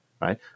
right